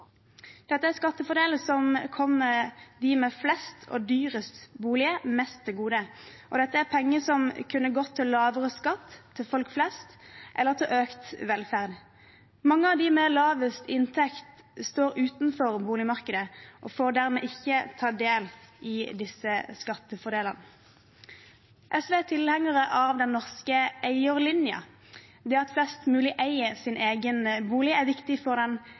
Dette er skattefordeler som kommer dem med flest og dyrest boliger mest til gode. Og dette er penger som kunne gått til lavere skatt til folk flest, eller til økt velferd. Mange av dem med lavest inntekt står utenfor boligmarkedet og får dermed ikke ta del i disse skattefordelene. SV er tilhenger av den norske eierlinja. Det at flest mulig eier sin egen bolig, er viktig for